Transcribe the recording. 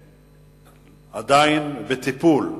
שהתרחשו ועדיין בטיפול.